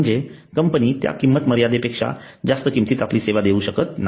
म्हणजेच कंपनी त्या किंमत मर्यादेपेक्षा जास्त किंमतीत आपली सेवा देऊ शकत नाही